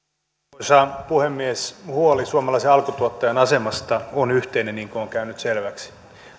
arvoisa puhemies huoli suomalaisen alkutuottajan asemasta on yhteinen niin kuin on käynyt selväksi